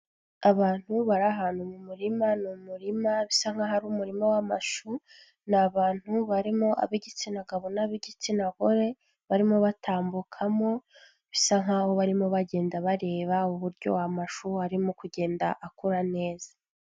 Abantu bari ahantu mu murima, ni umurima bisa nkaho ari umurima w'amashu, ni abantu barimo ab'igitsina gabo n'ab'igitsina gore, barimo batambukamo, bisa nkaho barimo bagenda bareba uburyo amashuri arimo kugenda akura neza.